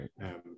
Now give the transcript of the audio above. Right